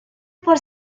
por